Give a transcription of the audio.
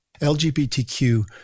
LGBTQ